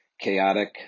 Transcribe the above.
chaotic